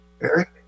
Eric